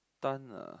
stun ah